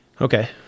Okay